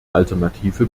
alternative